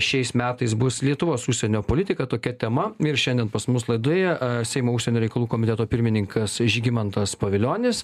šiais metais bus lietuvos užsienio politika tokia tema ir šiandien pas mus laidoje seimo užsienio reikalų komiteto pirmininkas žygimantas pavilionis